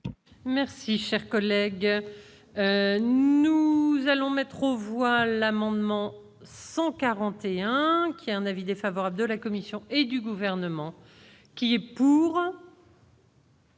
Merci, cher collègue. Nous allons mettre au voile l'amendement 141 ans, qui a un avis défavorable de la Commission et du gouvernement qui est pour.